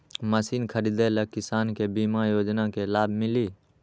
Machine खरीदे ले किसान के बीमा योजना के लाभ मिली?